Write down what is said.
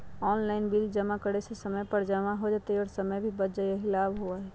Online bill जमा करे से समय पर जमा हो जतई और समय भी बच जाहई यही लाभ होहई?